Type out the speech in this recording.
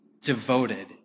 devoted